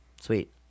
Sweet